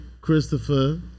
Christopher